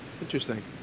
interesting